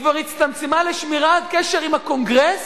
היא כבר הצטמצמה לשמירת קשר עם הקונגרס,